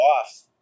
off